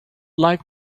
like